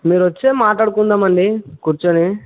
మీరు వస్తే మాట్లాడుకుందాం అండి కుర్చొని